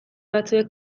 batzuek